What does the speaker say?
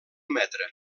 metre